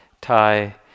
Thai